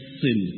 sin